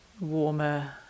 Warmer